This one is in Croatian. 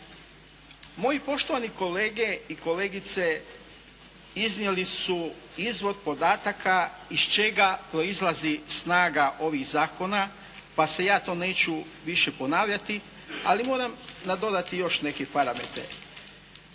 Moji poštovani kolege i kolegice iznijeli su izvor podataka iz čega proizlazi snaga ovih zakona pa se ja to neću više ponavljati, ali moram nadodati još neke parametre.